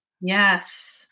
Yes